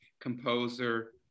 composer